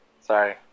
sorry